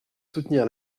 soutenir